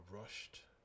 rushed